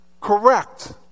correct